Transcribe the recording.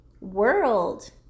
world